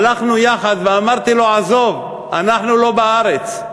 והלכנו יחד, ואמרתי לו: עזוב, אנחנו לא בארץ,